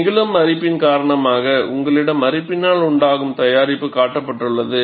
நிகழும் அரிப்பின் காரணமாக உங்களிடம் அரிப்பினால் உண்டாகும் தயாரிப்புகள் காட்டப்பட்டுள்ளது